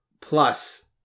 plus